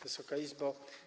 Wysoka Izbo!